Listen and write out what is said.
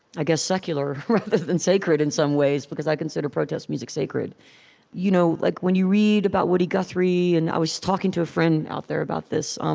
i guess, secular, rather than sacred, in some ways, because i consider protest music sacred you know like, when you read about woody guthrie and i was talking to a friend out there about this um